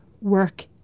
work